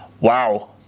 Wow